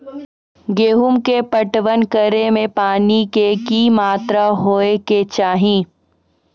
गेहूँ के पटवन करै मे पानी के कि मात्रा होय केचाही?